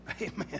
Amen